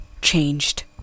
changed